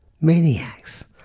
Maniacs